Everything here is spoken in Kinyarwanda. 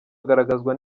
agaragazwa